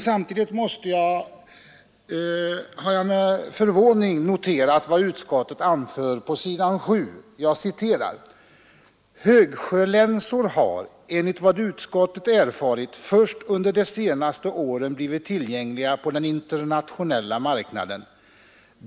Samtidigt måste jag med förvåning notera vad utskottet anför på s. 7: ”Högsjölänsor har enligt vad utskottet erfarit först under senaste året blivit tillgängliga på den internationella marknaden.